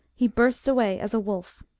he bursts away as a wolf.